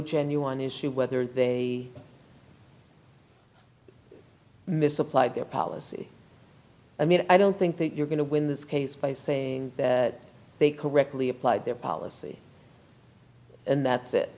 genuine issue whether they misapplied their policy i mean i don't think that you're going to win this case by saying that they correctly applied their policy and thats it